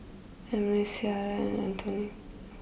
Emilee Ciarra and Antoinette